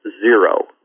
zero